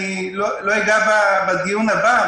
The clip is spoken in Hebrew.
לא אגע בדיון הבא,